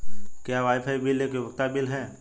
क्या wifi bill एक उपयोगिता बिल है?